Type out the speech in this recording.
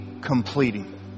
completing